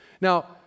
Now